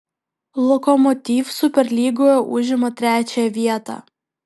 lokomotiv superlygoje užima trečiąją vietą